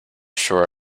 sure